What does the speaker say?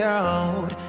out